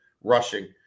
rushing